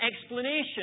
explanation